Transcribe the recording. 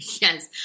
Yes